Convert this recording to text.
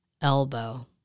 Elbow